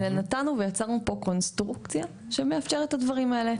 אלא יצרנו פה קונסטרוקציה שמאפשרת את הדברים האלה.